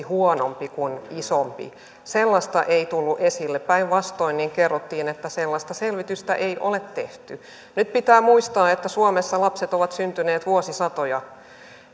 huonompi kuin isompi sellaista ei tullut esille päinvastoin kerrottiin että sellaista selvitystä ei ole tehty nyt pitää muistaa että suomessa lapset ovat syntyneet vuosisatoja